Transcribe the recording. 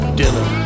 dinner